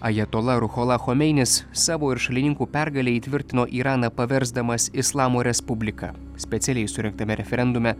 ajatola ruhola chomeinis savo ir šalininkų pergalę įtvirtino iraną paversdamas islamo respublika specialiai surengtame referendume